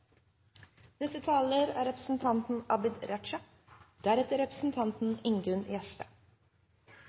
Neste taler er interpellanten, representanten